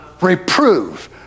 reprove